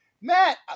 Matt